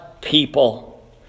people